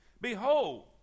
Behold